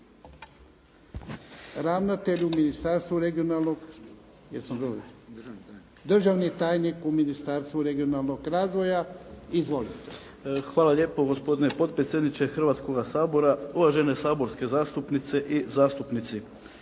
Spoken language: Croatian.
Hvala lijepo gospodine potpredsjedniče Hrvatskoga sabora, uvažene saborske zastupnice i zastupnici.